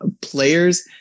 players